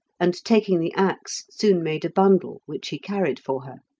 and, taking the axe, soon made a bundle, which he carried for her.